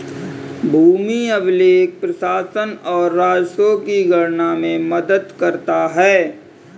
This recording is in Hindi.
भूमि अभिलेख प्रशासन और राजस्व की गणना में मदद करता है